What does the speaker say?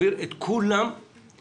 הייתי בטוח שנדבר על זה,